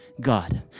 God